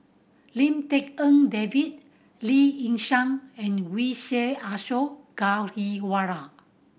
Lim Tik En David Lee Yi Shyan and Vijesh Ashok Ghariwala